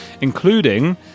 including